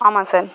ஆமாம் சார்